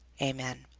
amen,